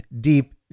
deep